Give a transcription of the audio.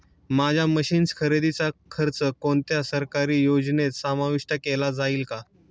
माझ्या मशीन्स खरेदीचा खर्च कोणत्या सरकारी योजनेत समाविष्ट केला जाईल का?